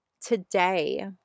today